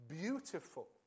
beautiful